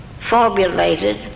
formulated